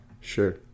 sure